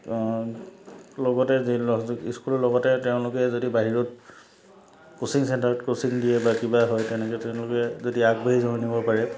লগতে যিহেতু স্কুলৰ লগতে তেওঁলোকে যদি বাহিৰত ক'চিং চেণ্টাৰত ক'চিং দিয়ে বা কিবা হয় তেনেকৈ তেওঁলোকে যদি আগবাঢ়ি যাব নিব পাৰে